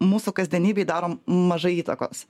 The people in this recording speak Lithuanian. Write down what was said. mūsų kasdienybei daro mažai įtakos